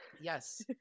yes